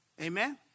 Amen